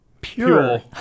pure